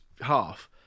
half